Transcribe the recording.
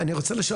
אני רוצה לשאול,